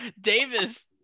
Davis